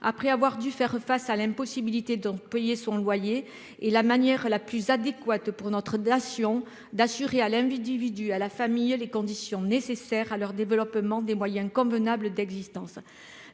après avoir dû faire face à l'impossibilité d'en payer son loyer et la manière la plus adéquate pour notre dation d'assurer à l'invite individus à la famille et les conditions nécessaires à leur développement des moyens convenables d'existence.